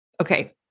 Okay